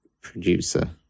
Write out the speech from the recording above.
producer